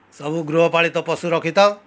ସବୁ ଗୃହପାଳିତ ପଶୁ ରଖିଥାଉ